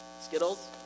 Skittles